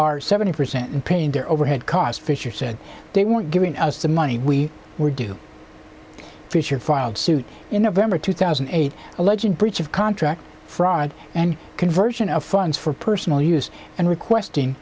our seventy percent and paying their overhead cost fisher said they weren't giving us the money we were due fisher filed suit in november two thousand and eight alleging breach of contract fraud and conversion of funds for personal use and requesting